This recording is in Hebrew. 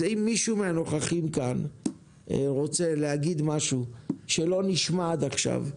אז אם מישהו מהנוכחים כאן רוצה להגיד משהו שלא נשמע עד עכשיו,